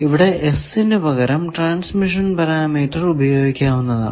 ഇവിടെ S നു പകരം ട്രാൻസ്മിഷൻ പാരാമീറ്റർ ഉപയോഗിക്കാവുന്നതാണ്